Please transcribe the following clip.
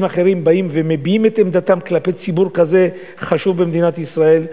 אחרים באים ומביעים את עמדתם כלפי ציבור כזה חשוב במדינת ישראל,